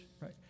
right